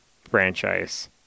franchise